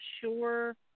sure